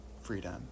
freedom